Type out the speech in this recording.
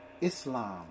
Islam